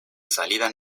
salida